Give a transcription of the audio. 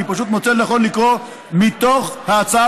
אני פשוט מוצא לנכון לקרוא מתוך ההצעה